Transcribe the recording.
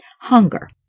Hunger